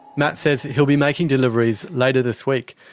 matt says he'll be making deliveries later this week,